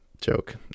joke